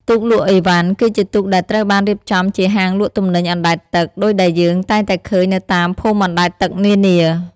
ទូកលក់អីវ៉ាន់ គឺជាទូកដែលត្រូវបានរៀបចំជាហាងលក់ទំនិញអណ្តែតទឹក ដូចដែលយើងតែងតែឃើញនៅតាមភូមិអណ្តែតទឹកនានា។